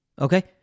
Okay